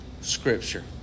Scripture